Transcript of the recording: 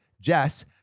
Jess